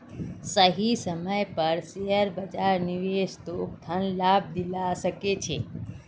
सही समय पर शेयर बाजारत निवेश तोक धन लाभ दिवा सके छे